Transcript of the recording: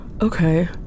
Okay